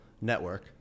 network